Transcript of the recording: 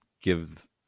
give